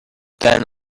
then